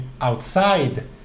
outside